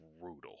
brutal